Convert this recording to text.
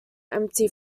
empty